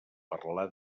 parlar